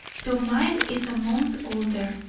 though mine is a month older.